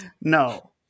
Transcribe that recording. No